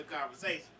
conversation